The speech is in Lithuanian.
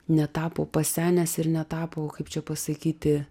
netapo pasenęs ir netapo kaip čia pasakyti